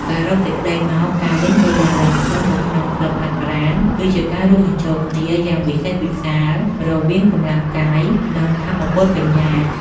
សរុបសេចក្ដីមក ការលេងកីឡាឡើងភ្នំនៅក្នុងក្លឹបហាត់ប្រាណ គឺជាការរួមបញ្ចូលគ្នាយ៉ាងវិសេសវិសាលរវាង កម្លាំងកាយ និងថាមពលបញ្ញា។